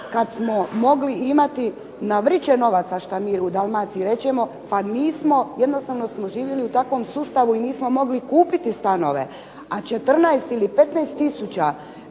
kad smo mogli imati na vriće novaca, što mi u Dalmaciji rečemo, pa nismo. Jednostavno smo živjeli u takvom sustavu i nismo mogli kupiti stanove, a 14 ili 15 tisuća